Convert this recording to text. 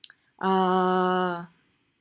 uh